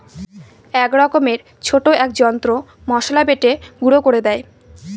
এক রকমের ছোট এক যন্ত্র মসলা বেটে গুঁড়ো করে দেয়